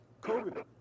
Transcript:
COVID